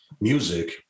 music